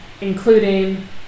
including